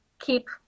keep